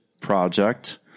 project